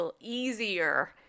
easier